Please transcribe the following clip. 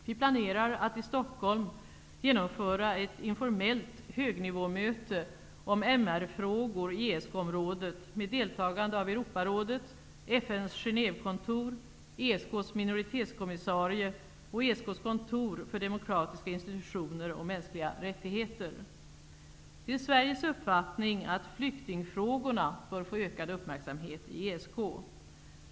Vi planerar att i Stockholm genomföra ett informellt högnivåmöte om MR-frågor i ESK området med deltagande av Europarådet, FN:s Det är Sveriges uppfattning att flyktingfrågorna bör få ökad uppmärksamhet i ESK.